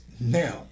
now